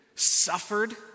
suffered